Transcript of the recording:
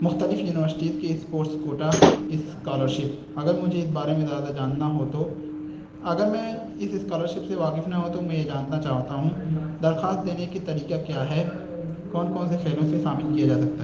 مختلف یونیورسٹیز کے sports quota scholarship اگر مجھے اس بارے میں زیادہ جاننا ہو تو اگر میں اس اسکالرشپ سے واقف نہ ہو تو میں یہ جاننا چاہتا ہوں درخواست دینے کے طریقہ کیا ہے کون کون سے کھیلوں سے شامل کیا جا سکتا ہے